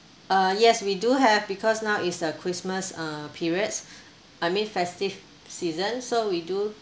uh yes we do have because now is a christmas uh periods I mean festive seasons so we do